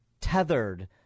tethered